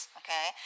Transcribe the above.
okay